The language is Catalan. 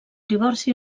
divorci